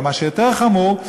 אבל מה שיותר חמור,